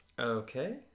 Okay